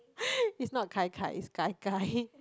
it's not gai gai it's gai gai